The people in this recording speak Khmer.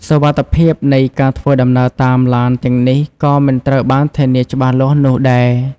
សុវត្ថិភាពនៃការធ្វើដំណើរតាមឡានទាំងនេះក៏មិនត្រូវបានធានាច្បាស់លាស់នោះដែរ។